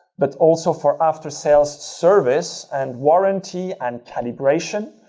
but also for after sales service and warranty and calibration.